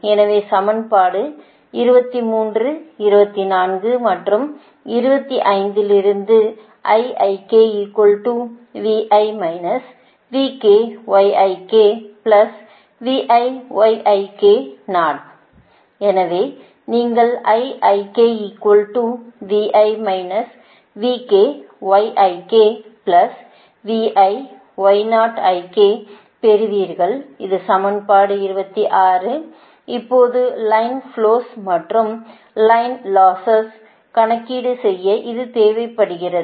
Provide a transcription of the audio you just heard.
எனவே சமன்பாடு 23 24 மற்றும் 25 லிருந்து எனவே நீங்கள் பெறுவீர்கள் இது சமன்பாடு 26 இப்போது லைன் ஃபுளோஸ் மற்றும் லைன் லாஸஸ் கணக்கீடு செய்ய இது தேவைப்படுகிறது